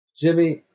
Jimmy